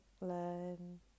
learn